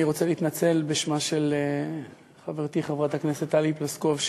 אני רוצה להתנצל בשמה של חברתי חברת הכנסת טלי פלוסקוב,